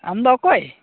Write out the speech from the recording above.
ᱟᱢᱫᱚ ᱚᱠᱚᱭ